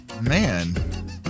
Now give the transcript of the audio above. man